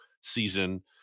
season